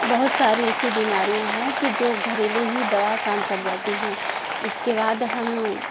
बहुत सारी ऐसी बीमारियाँ है कि जो घरेलू ही दवा काम कर जाती है इसके बाद हम